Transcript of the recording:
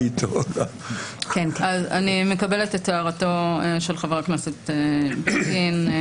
אני מקבלת את הערתו של חבר הכנסת בגין.